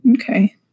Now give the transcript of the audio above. okay